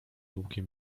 długie